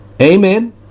Amen